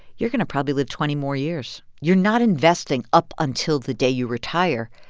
you're going to probably live twenty more years. you're not investing up until the day you retire.